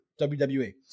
WWE